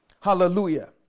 Hallelujah